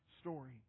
story